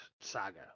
saga